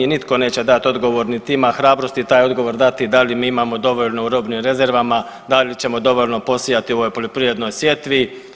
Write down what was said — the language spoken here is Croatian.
Nitko neće dati odgovor, niti ima hrabrosti taj odgovor dati da li mi imamo dovoljno u robnim rezervama, da li ćemo dovoljno posijati u ovoj poljoprivrednoj sjetvi.